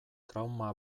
trauma